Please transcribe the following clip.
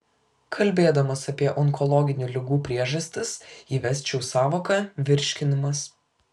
kalbėdamas apie onkologinių ligų priežastis įvesčiau sąvoką virškinimas